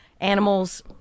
animals